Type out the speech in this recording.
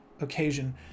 occasion